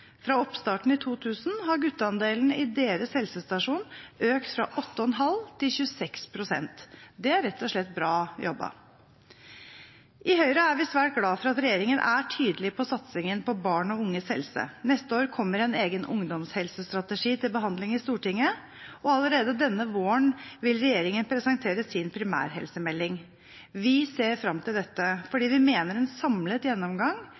Fra oppstarten i 2000 har gutteandelen i deres helsestasjonstjeneste økt fra 8,5 pst. til 26 pst. Det er rett og slett bra jobbet. I Høyre er vi svært glad for at regjeringen er tydelig på satsingen på barn og unges helse. Neste år kommer en egen ungdomshelsestrategi til behandling i Stortinget, og allerede denne våren vil regjeringen presentere sin primærhelsemelding. Vi ser fram til dette, fordi vi mener at tiden for en samlet gjennomgang